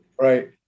Right